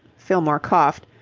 fillmore coughed.